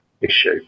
issue